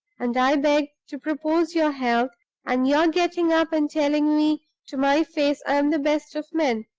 and i beg to propose your health and your getting up and telling me to my face i'm the best of men,